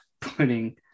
putting